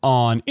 on